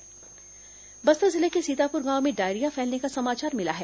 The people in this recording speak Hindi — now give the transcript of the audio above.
बस्तर डायरिया बस्तर जिले के सीतापुर गांव में डायरिया फैलने का समाचार मिला है